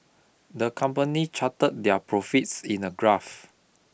the company charted their profits in a graph